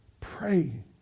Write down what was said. Pray